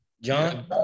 John